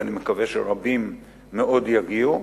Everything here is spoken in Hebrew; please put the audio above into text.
ואני מקווה שרבים מאוד יגיעו,